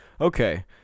Okay